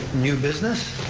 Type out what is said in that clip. new business?